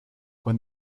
when